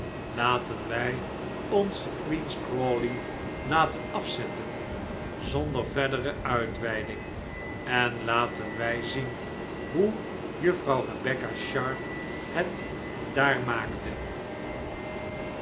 laten wij ons te queen's crawley laten afzetten zonder verdere uitweiding en laten wij zien hoe juffrouw rebecca sharp het daar maakte